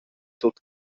tut